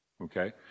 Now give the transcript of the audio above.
okay